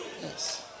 Yes